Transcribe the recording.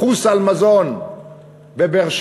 קחו סל מזון בבאר-שבע,